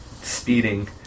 Speeding